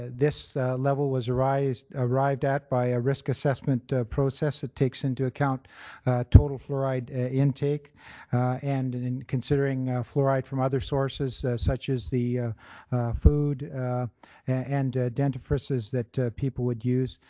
this level was arrived arrived at by a risk assessment process that takes into account total fluoride intake and in considering fluoride from other sources such as the food and dentifrices that people would use.